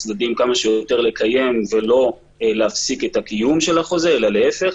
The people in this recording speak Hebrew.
הצדדים כמה שיותר לקיים ולא להפסיק את הקיום של החוזה אלא להיפך.